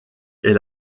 est